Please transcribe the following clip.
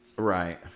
Right